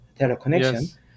teleconnection